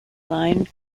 line